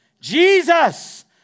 Jesus